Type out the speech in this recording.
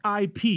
IP